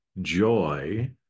joy